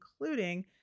including